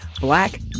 Black